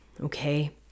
okay